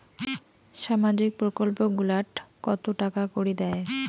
সামাজিক প্রকল্প গুলাট কত টাকা করি দেয়?